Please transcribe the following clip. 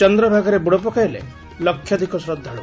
ଚନ୍ଦ୍ରଭାଗାରେ ବୁଡ଼ ପକାଇଲେ ଲକ୍ଷାଧିକ ଶ୍ରଦ୍ଧାଳ୍